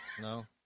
No